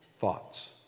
thoughts